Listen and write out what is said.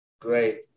Great